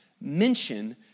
mention